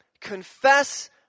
confess